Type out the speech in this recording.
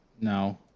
No